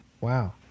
Wow